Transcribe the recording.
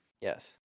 Yes